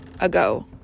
ago